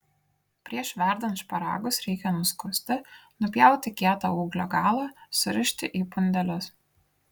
prieš verdant šparagus reikia nuskusti nupjauti kietą ūglio galą surišti į pundelius